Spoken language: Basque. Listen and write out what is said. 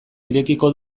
irekiko